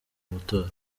matora